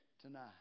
tonight